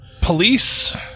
police